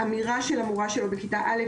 אמירה של המורה שלו בכיתה א',